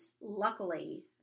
luckily